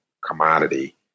commodity